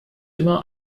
immer